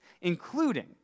including